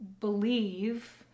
believe